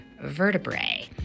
vertebrae